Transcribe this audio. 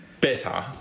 better